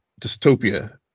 dystopia